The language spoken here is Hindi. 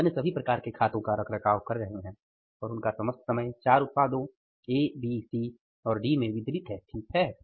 वे अन्य सभी प्रकार के खातों का रखरखाव कर रहे हैं और उनका समस्त समय 4 उत्पादों एबीसी और डी में वितरित है ठीक है